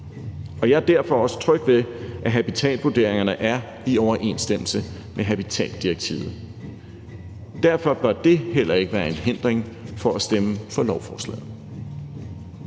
Jeg er derfor også tryg ved, at habitatvurderingerne er i overensstemmelse med habitatdirektivet. Derfor bør det heller ikke være en hindring for at stemme for lovforslaget.